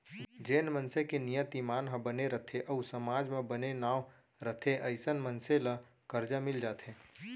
जेन मनसे के नियत, ईमान ह बने रथे अउ समाज म बने नांव रथे अइसन मनसे ल करजा मिल जाथे